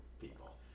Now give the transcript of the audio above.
people